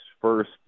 first